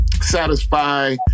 satisfy